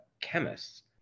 chemists